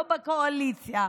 לא בקואליציה,